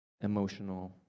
emotional